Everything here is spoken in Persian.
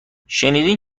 شنیدین